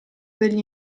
degli